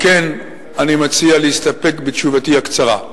אשר על כן אני מציע להסתפק בתשובתי הקצרה.